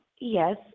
Yes